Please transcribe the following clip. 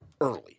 early